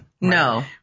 no